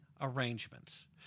arrangements